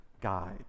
guide